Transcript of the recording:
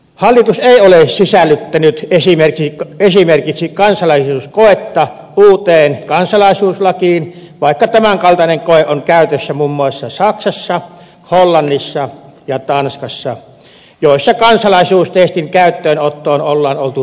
hallitus ei ole sisällyttänyt esimerkiksi kansalaisuuskoetta uuteen kansalaisuuslakiin vaikka tämän kaltainen koe on käytössä muun muassa saksassa hollannissa ja tanskassa joissa kansalaisuustestin käyttöönottoon on oltu tyytyväisiä